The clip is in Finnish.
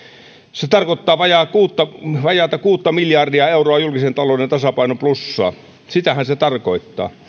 se tarkoittaa vajaata kuutta vajaata kuutta miljardia euroa julkisen talouden tasapainon plussaa sitähän se tarkoittaa